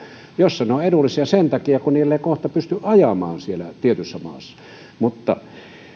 joissa ne ovat edullisia sen takia että niillä ei kohta pysty ajamaan siellä tietyissä maissa